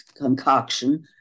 concoction